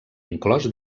inclòs